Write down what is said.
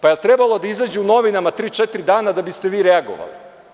Da li je trebalo da izađe u novinama tri, četiri dana da biste vi reagovali.